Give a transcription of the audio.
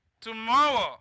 tomorrow